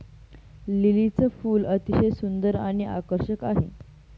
लिलीचे फूल अतिशय सुंदर आणि आकर्षक आहे